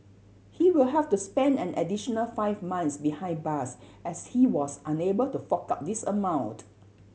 he will have to spend an additional five months behind bars as he was unable to fork out this amount